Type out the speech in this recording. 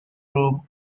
room